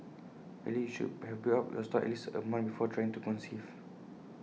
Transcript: ideally you should have built up your stores at least A month before trying to conceive